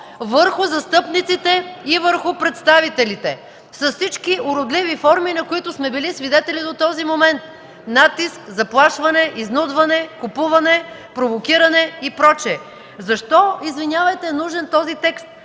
върху застъпниците и върху представителите с всички уродливи форми, на които сме били свидетели до този момент – натиск, заплашване, изнудване, купуване, провокиране и прочие. Извинявайте, защо е нужен този текст?